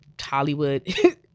Hollywood